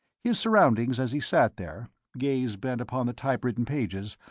his surroundings as he sat there, gaze bent upon the typewritten pages,